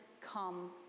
come